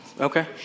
Okay